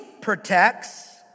protects